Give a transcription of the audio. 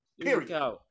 Period